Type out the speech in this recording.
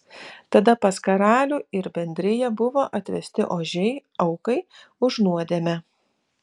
tada pas karalių ir bendriją buvo atvesti ožiai aukai už nuodėmę